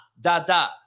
da-da